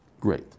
great